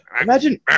Imagine